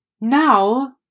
Now